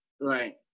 right